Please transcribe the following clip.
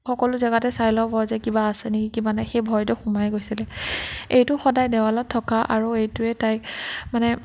সকলো জেগাতে চাই লৱ যে কিবা আছে নেকি কিবা নাই সেই ভয়টো সোমাই গৈছিলে এইটো সদায় দেৱালত থকা আৰু এইটোৱে তাইক মানে